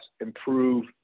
improve